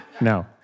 No